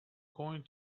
going